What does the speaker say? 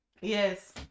Yes